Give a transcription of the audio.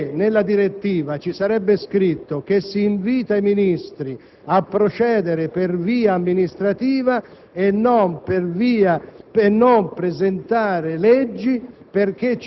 perché nella direttiva vi sarebbe scritto che i Ministri sono invitati a procedere per via amministrativa e a non presentare